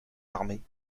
armés